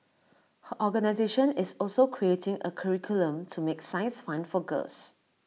her organisation is also creating A curriculum to make science fun for girls